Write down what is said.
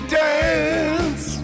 dance